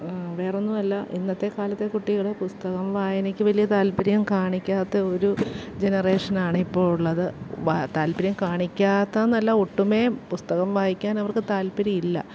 വേറൊന്നുമല്ല ഇന്നത്തെക്കാലത്തെ കുട്ടികള് പുസ്തകം വായനയ്ക്ക് വലിയ താല്പര്യം കാണിക്കാത്ത ഒരു ജനറേഷനാണ് ഇപ്പോള് ഉള്ളത് വ താല്പര്യം കാണിക്കാത്തതെന്നല്ല ഒട്ടുമേ പുസ്തകം വായിക്കാൻ അവർക്ക് താല്പര്യമില്ല